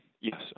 Yes